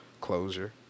closure